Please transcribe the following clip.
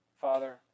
Father